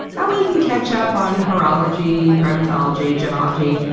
that way you can catch up on horology, primatology, gemology.